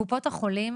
קופות החולים